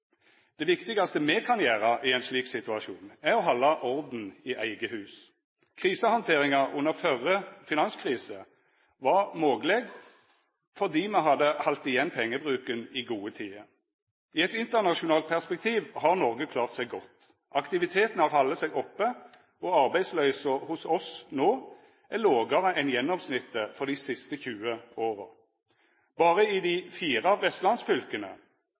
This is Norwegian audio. Det viktigaste me kan gjera i ein slik situasjon, er å halda orden i eige hus. Krisehandteringa under førre finanskrise var mogleg fordi me hadde halde igjen pengebruken i gode tider. I eit internasjonalt perspektiv har Noreg klart seg godt. Aktiviteten har halde seg oppe, og arbeidsløysa hos oss no er lågare enn gjennomsnittet for dei siste 20 åra. Berre i dei fire